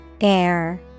Air